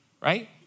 right